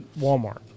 Walmart